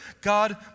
God